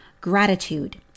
Gratitude